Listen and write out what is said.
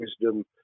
wisdom